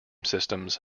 systems